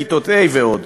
כיתות ה' ועוד.